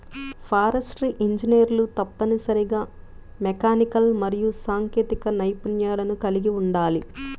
forestry ఇంజనీర్లు తప్పనిసరిగా mechanical మరియు సాంకేతిక నైపుణ్యాలను కలిగి ఉండాలి